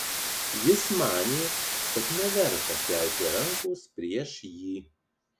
jis manė kad neverta kelti rankos prieš jį